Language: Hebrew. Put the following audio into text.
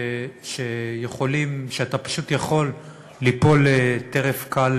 שאתה פשוט יכול ליפול טרף קל